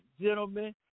gentlemen